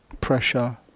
pressure